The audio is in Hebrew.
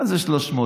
מה זה 300,000?